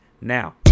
now